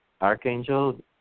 archangel